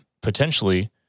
potentially